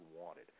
wanted